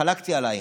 חלקתי עלייך.